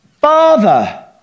Father